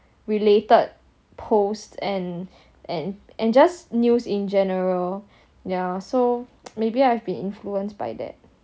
related post and and and just news in general yeah so maybe I've been influenced by that